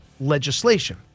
legislation